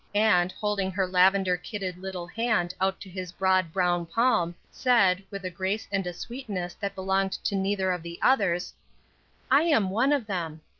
and, holding her lavender kidded little hand out to his broad brown palm, said, with a grace and a sweetness that belonged to neither of the others i am one of them.